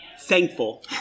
thankful